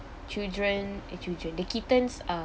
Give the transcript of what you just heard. children eh children the kittens are